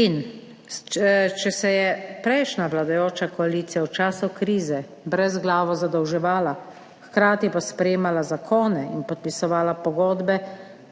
In če se je prejšnja vladajoča koalicija v času krize brezglavo zadolževala, hkrati pa sprejemala zakone in podpisovala pogodbe